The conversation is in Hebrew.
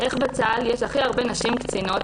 איך בצה"ל יש הכי הרבה נשים קצינות,